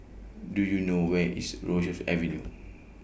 Do YOU know Where IS Rosyth Avenue